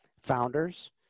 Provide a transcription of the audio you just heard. founders